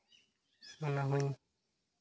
ᱚᱱᱟ ᱦᱚᱸᱧ